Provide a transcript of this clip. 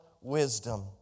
wisdom